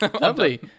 Lovely